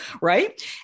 Right